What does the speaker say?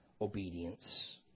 obedience